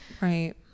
Right